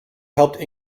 helped